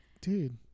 dude